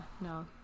No